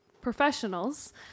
professionals